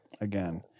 again